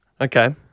Okay